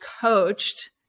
coached